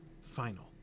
final